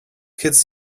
kids